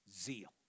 zeal